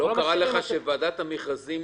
לא קרה לך שוועדת המכרזים